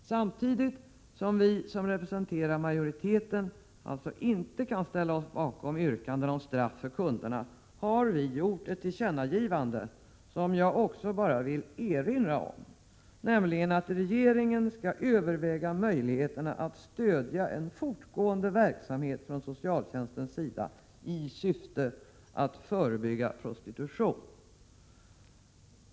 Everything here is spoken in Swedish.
Samtidigt som vi som representerar majoriteten alltså inte kan ställa oss bakom yrkandena om straff för kunderna, har vi föreslagit riksdagen att göra ett tillkännagivande, som jag bara vill erinra om. Utskottet föreslår riksdagen uttala att regeringen bör överväga möjligheterna att stödja en fortgående verksamhet från socialtjänstens sida i syfte att förebygga prostitution.